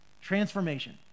Transformation